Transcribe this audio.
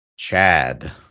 Chad